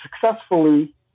successfully